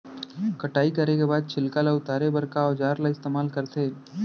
कटाई करे के बाद छिलका ल उतारे बर का औजार ल इस्तेमाल करथे?